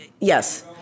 Yes